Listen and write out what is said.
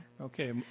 Okay